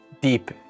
deep